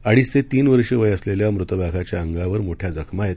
अडीच ते तीन वर्षे वय असलेल्या मृत वाघाच्या अंगावर मोठ्या जखमा आहेत